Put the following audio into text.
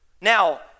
Now